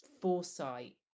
foresight